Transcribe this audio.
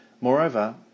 Moreover